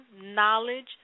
knowledge